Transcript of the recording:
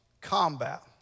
combat